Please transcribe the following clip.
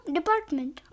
Department